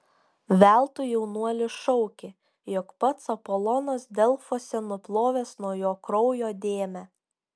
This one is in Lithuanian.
veltui jaunuolis šaukė jog pats apolonas delfuose nuplovęs nuo jo kraujo dėmę